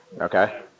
Okay